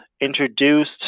introduced